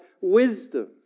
wisdom